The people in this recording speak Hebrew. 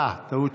הודעה, הודעה.